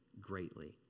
greatly